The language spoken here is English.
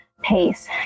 pace